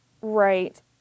Right